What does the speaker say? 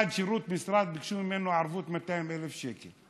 אחד, שירותי משרד, ביקשו ממנו ערבות 200,000 שקל.